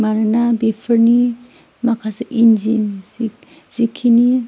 मानोना बेफोरनि माखासे इनजिन जिखिनि